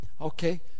Okay